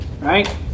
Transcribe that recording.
right